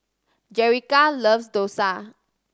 Jerica loves dosa